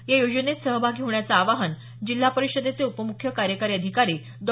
या योजनेत सहभागी होण्याचं आवाहन जिल्हा परिषदेचे उपमुख्य कार्यकारी अधिकारी डॉ